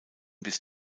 bis